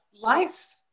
Life